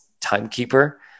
timekeeper